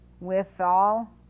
withal